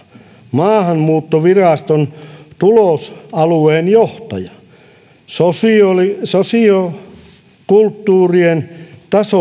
maahanmuuttoviraston tulosalueen johtaja sosiokulttuurinen